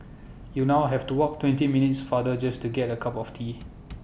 you know have to walk twenty minutes farther just to get A cup of tea